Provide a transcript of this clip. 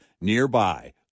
nearby